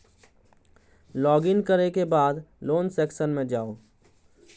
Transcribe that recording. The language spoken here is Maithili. लॉग इन करै के बाद लोन सेक्शन मे जाउ